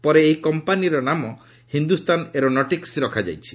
ପରେ ଏହି କମ୍ପାନୀର ନାମ ହିନ୍ଦୁସ୍ତାନ ଏରୋନୈଟିକ୍ଟ ରଖାଯାଇଛି